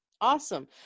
Awesome